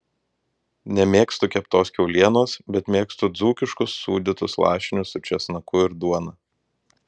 nemėgstu keptos kiaulienos bet mėgstu dzūkiškus sūdytus lašinius su česnaku ir duona